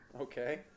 Okay